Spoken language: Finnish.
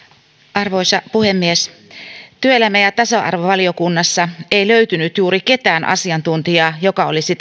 arvoisa puhemies työelämä ja tasa arvovaliokunnassa ei löytynyt juuri ketään asiantuntijaa joka olisi